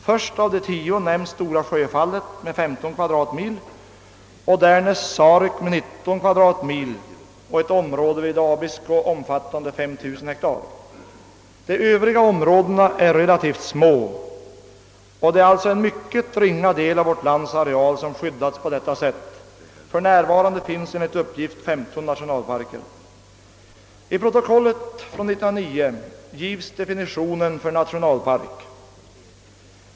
Först av dem har vi som nämnts Stora Sjöfallet med 15 kvadratmil, därnäst Sarek med 19 kvadratmil och sedan ett område vid Abisko omfattande 5 000 hektar. De övriga områdena är relativt små, och det är alltså mycket ringa del av vårt lands areal som skyddas på detta sätt. För närvarande finns det 15 nationalparker i vårt land.